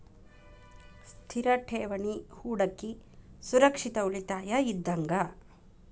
ಸ್ಥಿರ ಠೇವಣಿ ಹೂಡಕಿ ಸುರಕ್ಷಿತ ಉಳಿತಾಯ ಇದ್ದಂಗ